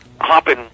hopping